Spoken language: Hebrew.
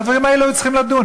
על הדברים האלה היו צריכים לדון.